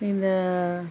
இந்த